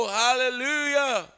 hallelujah